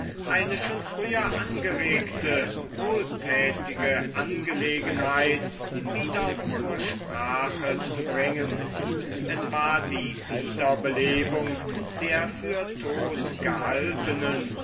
eine schon früher angeregte wohltätige angelegenheit wieder zur sprache zu bringen es war die wiederbelebung der für tot gehaltenen